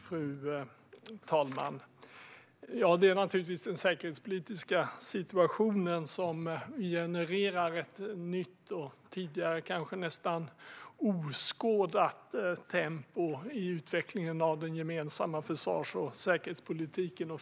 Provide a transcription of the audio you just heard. Fru talman! Det är naturligtvis den säkerhetspolitiska situationen som genererar ett nytt och tidigare kanske nästan oskådat tempo i utvecklingen av den gemensamma försvars och säkerhetspolitiken.